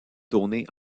tourné